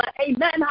Amen